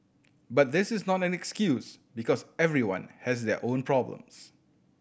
but this is not an excuse because everyone has their own problems